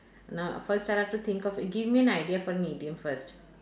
now first time I have to think of give me an idea for an idiom first